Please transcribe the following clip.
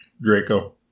Draco